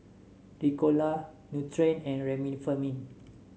Ricola Nutren and Remifemin